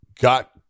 got